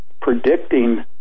predicting